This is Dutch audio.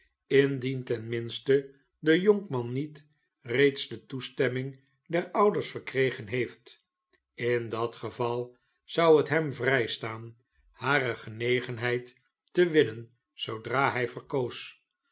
indien ten minste de jonkman niet reeds de toestemming der ouders verkregen heeft in dat geval zou het hem vrijstaan hare genegenheid te winnen zoodra hij verkoos